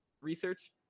research